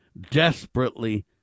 desperately